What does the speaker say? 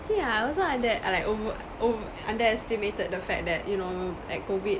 actually ah I also under like over ove~ underestimated the fact that you know like COVID